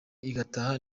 igataha